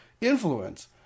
influence